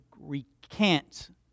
recant